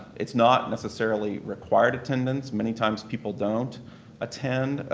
it's not necessarily required attendance. many times people don't attend.